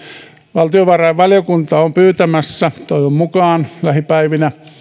valtiovarainvaliokunta on pyytämässä toivon mukaan lähipäivinä